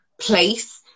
place